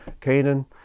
Canaan